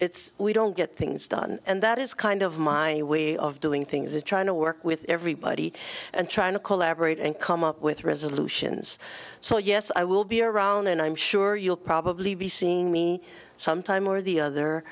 it's we don't get things done and that is kind of my way of doing things is trying to work with everybody and trying to collaborate and come up with resolutions so yes i will be around and i'm sure you'll probably be seeing me sometime or the other